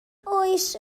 oes